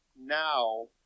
now